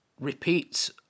repeats